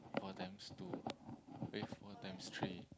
four times two eh four times three